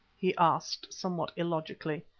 he asked, somewhat illogically.